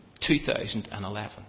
2011